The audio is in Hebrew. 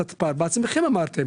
בעצמכם אמרתם